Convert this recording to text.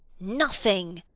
nothing!